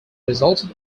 resulted